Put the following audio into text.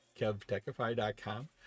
kevtechify.com